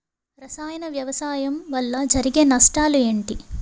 రసాయన వ్యవసాయం వల్ల జరిగే నష్టాలు ఏంటి?